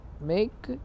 make